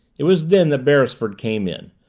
it was then that beresford came in,